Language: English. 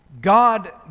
God